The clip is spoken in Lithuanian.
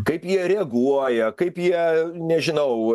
kaip jie reaguoja kaip jie nežinau